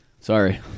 Sorry